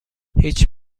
هیچ